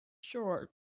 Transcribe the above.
Sure